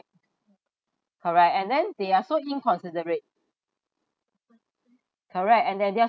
correct and then they are so inconsiderate correct and they're just